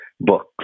books